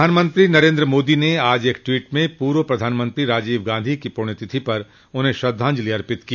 प्रधानमंत्री नरेन्द्र मोदी ने आज एक ट्वीट में पूर्व प्रधानमंत्री राजीव गांधी की पुण्यतिथि पर उन्हें श्रद्धांजलि अर्पित की